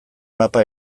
mapa